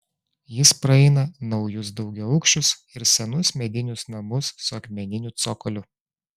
jis praeina naujus daugiaaukščius ir senus medinius namus su akmeniniu cokoliu